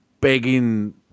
begging